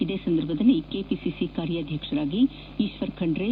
ಇದೇ ಸಂದರ್ಭದಲ್ಲಿ ಕೆಪಿಸಿಸಿ ಕಾರ್ಯಾದ್ವಕ್ಷರಾಗಿ ಈಶ್ವರ್ ಖಂಡ್ರೆ